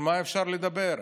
על מה אפשר לדבר?